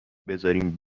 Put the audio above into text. بذارین